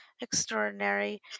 extraordinary